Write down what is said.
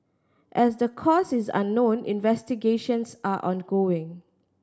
as the cause is unknown investigations are ongoing